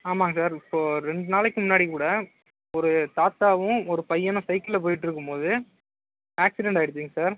ஆமாம்ங்க சார் இப்போ ரெண்டு நாளைக்கு முன்னாடி கூட ஒரு தாத்தாவும் ஒரு பையனும் சைக்கிளில் போயிட்டுருக்கும் போது ஆக்சிடெண்ட் ஆயிடுச்சுங்க சார்